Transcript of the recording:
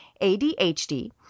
ADHD